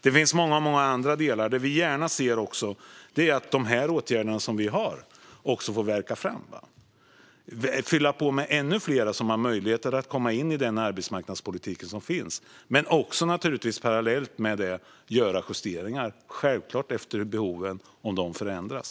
Det finns många andra delar där vi gärna ser att de åtgärder vi har får verka - att man fyller på med ännu fler som får möjlighet att komma in i den arbetsmarknadspolitik som finns men parallellt med det självklart gör justeringar om behoven förändras.